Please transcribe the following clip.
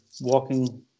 walking